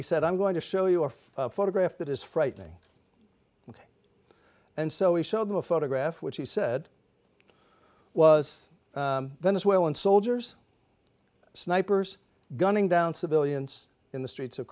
he said i'm going to show you a photograph that is frightening and so he showed them a photograph which he said was there as well and soldiers snipers gunning down civilians in the streets of